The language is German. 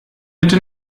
bitte